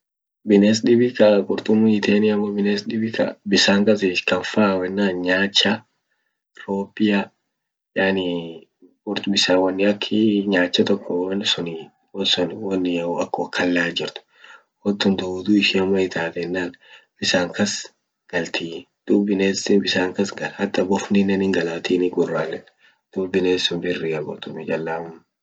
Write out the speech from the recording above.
Bines dibi kaa qurtumi hiitein amo bines dibi kaa bisan kas ish kam fa yenan nyaacha. ropia yani wonii aki nyaacha tok won suni won sun wonia wo ak wokalla jirt